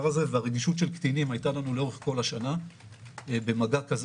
והרגישות של קטינים הייתה לנו לאורך כל השנה במגע כזה